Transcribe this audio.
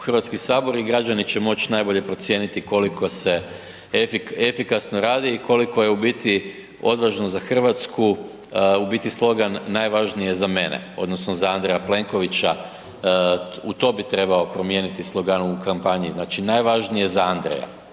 Vlade u HS i građani će moć najbolje procijeniti koliko se efikasno radi i koliko je u biti odvažno za RH u biti slogan „Najvažnije za mene odnosno za Andreja Plenkovića“, u to bi trebao promijeniti slogan u kampanji. Znači, „Najvažnije za Andreja“,